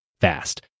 fast